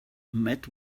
met